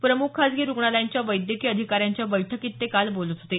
प्रमुख खासगी रुग्णालयांच्या वैद्यकीय अधिकार्यांच्या बैठीत ते काल बोलत होते